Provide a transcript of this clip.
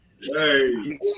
Hey